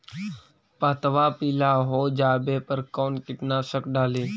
पतबा पिला हो जाबे पर कौन कीटनाशक डाली?